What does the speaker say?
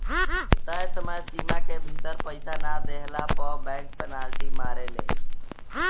तय समय सीमा के भीतर पईसा ना देहला पअ बैंक पेनाल्टी मारेले